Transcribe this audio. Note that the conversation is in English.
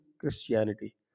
Christianity